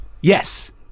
Yes